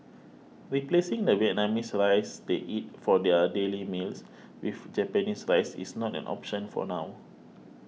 replacing the Vietnamese rice they eat for their daily meals with Japanese rice is not an option for now